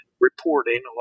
reporting